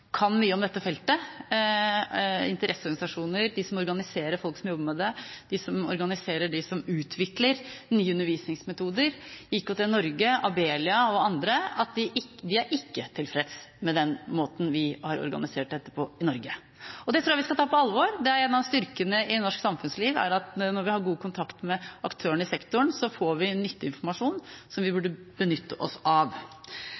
organiserer folk som jobber med det, de som organiserer dem som utvikler nye undervisningsmetoder, IKT Norge, Abelia og andre – at de ikke er tilfreds med den måten vi har organisert dette på i Norge. Det tror jeg vi skal ta på alvor. En av styrkene i norsk samfunnsliv er at når vi har god kontakt med aktørene i sektoren, så får vi nyttig informasjon som vi bør benytte oss av.